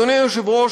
אדוני היושב-ראש,